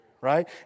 right